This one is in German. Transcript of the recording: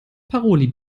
paroli